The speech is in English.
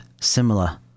similar